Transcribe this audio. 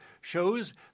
shows